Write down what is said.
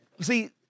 See